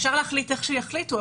אפשר להחליט איך שיחליטו,